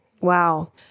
Wow